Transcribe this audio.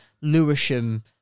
Lewisham